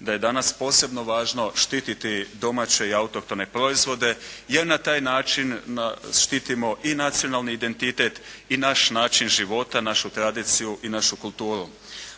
da je danas posebno važno štititi domaće i autohtone proizvode, jer na taj način štitimo i nacionalni identitet i naš način života, našu tradiciju i našu kulturu.